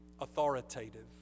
authoritative